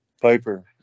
Piper